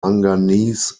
manganese